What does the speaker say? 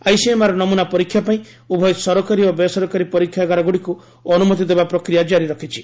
ICMR ନମ୍ରନା ପରୀକ୍ଷା ପାଇଁ ଉଭୟ ସରକାରୀ ଓ ବେସରକାରୀ ପରୀକ୍ଷାଗାରଗୁଡ଼ିକୁ ଅନୁମତି ଦେବା ପ୍ରକ୍ରିୟା କ୍ରାରି ରଖିଛି